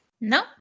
No